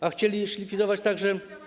A chcieliście likwidować także.